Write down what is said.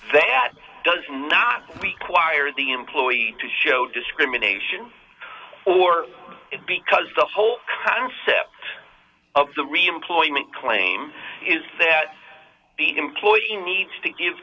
that does not require the employee to show discrimination or because the whole concept of the reemployment claim is that the employee needs to give